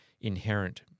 inherent